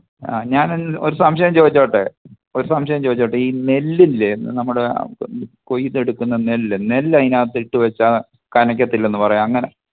ആ ഞാനെന്റെ ഒരു സംശയം ചോദിച്ചോട്ടെ ഒരു സംശയം ചോദിച്ചോട്ടെ ഈ നെല്ലില്ലേ നമ്മുടെ കൊയ്തെടുക്കുന്ന നെല്ല് നെല്ല് അതിനകത്തിട്ട് വെച്ചാൽ കനക്കത്തില്ലെന്ന് പറയും അങ്ങനെ